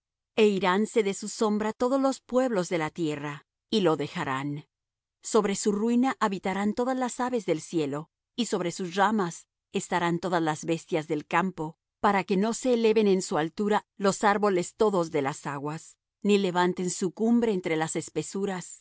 ramos é iránse de su sombra todos los pueblos de la tierra y lo dejarán sobre su ruina habitarán todas las aves del cielo y sobre su ramas estarán todas las bestias del campo para que no se eleven en su altura los árboles todos de las aguas ni levanten su cumbre entre las espesuras